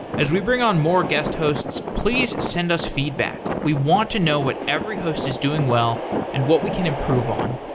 as we bring on more guest hosts, please send us feedback. we want to know what every host is doing well and what we can improve on.